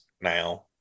now